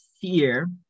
fear